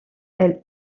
ailes